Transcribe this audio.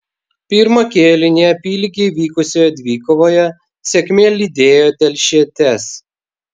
pirmą kėlinį apylygiai vykusioje dvikovoje sėkmė lydėjo telšietes